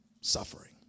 suffering